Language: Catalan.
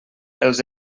els